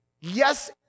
Yes